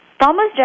Thomas